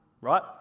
right